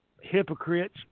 Hypocrites